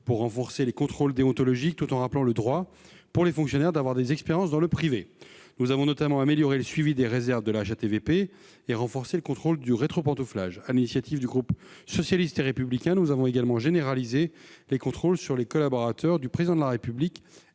pour renforcer les contrôles déontologiques, tout en rappelant le droit, pour les fonctionnaires, d'avoir des expériences dans le privé. Nous avons notamment amélioré le suivi des réserves de la HATVP et renforcé le contrôle du rétropantouflage. Sur l'initiative du groupe socialiste et républicain, nous avons également généralisé les contrôles sur les collaborateurs du Président de la République